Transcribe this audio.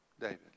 David